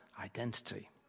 identity